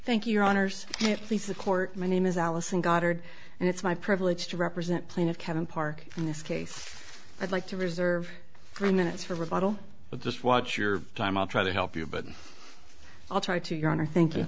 thank you your honors fisa court my name is allison goddard and it's my privilege to represent plaintiff kevin park in this case i'd like to reserve three minutes for rebuttal but just watch your time i'll try to help you but i'll try to your honor thank